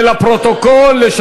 זה לפרוטוקול.